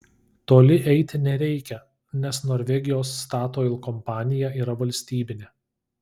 toli eiti nereikia nes norvegijos statoil kompanija yra valstybinė